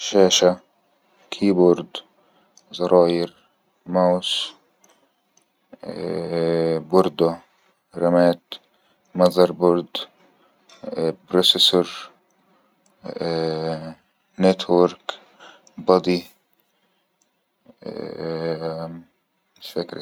شاشة كيبورد زراير ماوس ءءءه برده رمات ماذربورد بروسيسور ءءءه نتورك بدي مش فاكر اىية